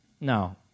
No